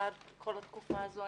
כל התקופה הזו,